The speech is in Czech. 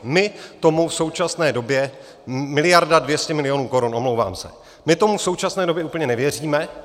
My tomu v současné době miliarda dvě sta milionů korun, omlouvám se my tomu v současné době úplně nevěříme.